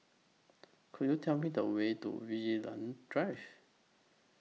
Could YOU Tell Me The Way to Vigilante Drive